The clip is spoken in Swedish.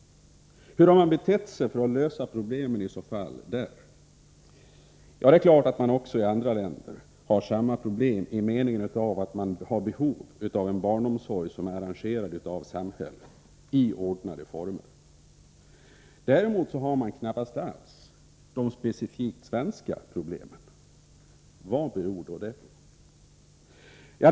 Hur har man i så fall löst problemen där? Ja, det är klart att man också i andra länder har samma problem i meningen av att man har behov av en barnomsorg arrangerad av samhället i ordnade former. Däremot har man knappast alls de specifikt svenska problemen. Vad beror då det på?